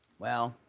well,